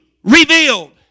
Revealed